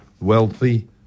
wealthy